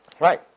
Right